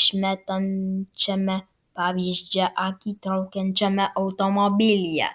išmetančiame pavydžią akį traukiančiame automobilyje